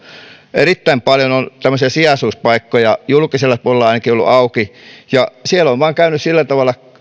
erittäin paljon on tämmöisiä sijaisuuspaikkoja ainakin julkisella puolella ollut auki siellä on vain käynyt sillä tavalla